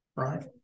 Right